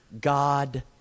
God